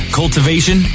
cultivation